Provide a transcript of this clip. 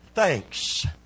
Thanks